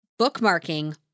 bookmarking